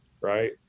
Right